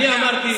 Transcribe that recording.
אני אמרתי,